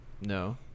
no